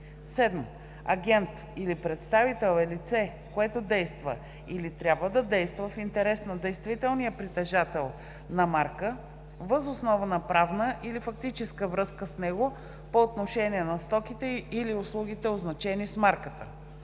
7. „Агент или представител“ е лице, което действа или трябва да действа в интерес на действителния притежател на марка въз основа на правна или фактическа връзка с него по отношение на стоките или услугите, означени с марката.